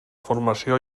formació